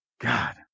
God